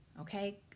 Okay